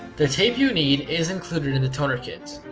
the tape you need is included in the toner kit.